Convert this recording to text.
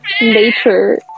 nature